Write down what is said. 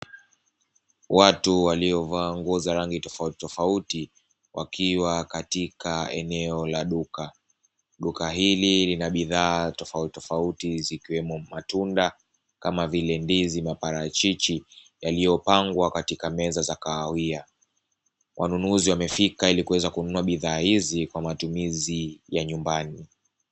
Watu waliyo vaa nguo za rangi tofauti tofauti wakiwa katika eneo la duka , Duka hili lina bidhaaa tofauti tofauti ziki wemo matunda kama vile ndizi, maparachichi yaliyo pangwa katika mezaa za kahawia, Wanunuzi wamefika ili kuweza kununua bidhaa hizi kwa matumizi ya nyumbani.